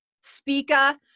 speaker